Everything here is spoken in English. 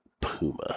Puma